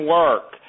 work